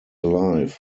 life